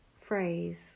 Phrase